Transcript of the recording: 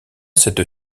cette